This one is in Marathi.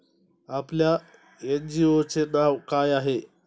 आपल्या एन.जी.ओ चे नाव काय आहे?